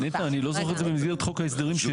רגע, נטע, אני לא זוכרת במסגרת חוק ההסדרים.